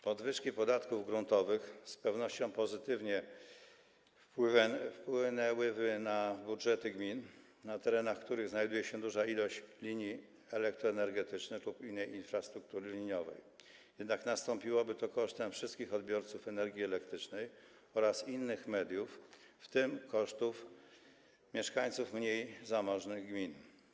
Podwyżki podatków gruntowych z pewnością pozytywnie wpłynęłyby na budżety gmin, na których terenach znajduje się duża ilość linii elektroenergetycznych lub innej infrastruktury liniowej, jednak nastąpiłoby to kosztem wszystkich odbiorców energii elektrycznej oraz innych mediów, w tym mieszkańców mniej zamożnych gmin.